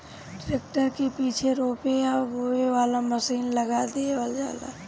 tractor के पीछे रोपे या बोवे वाला मशीन लगा देवल जाला